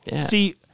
See